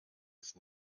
ist